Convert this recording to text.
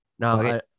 No